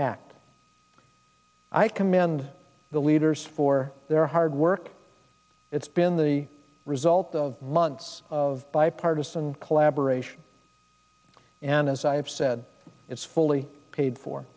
act i commend the leaders for their hard work it's been the result of months of bipartisan collaboration and as i have said it's fully paid for